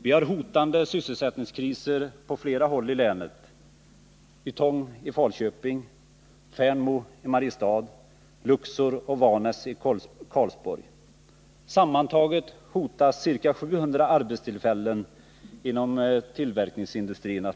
Vi har hotande sysselsättningskriser på flera håll i länet — Ytong i Falköping, Fernmo i Mariestad, Luxor och Vanäs i Karlsborg. Sammanlagt hotas ca 700 arbetstillfällen inom tillverkningsindustrin.